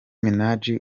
minaji